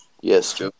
Yes